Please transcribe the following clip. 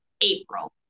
April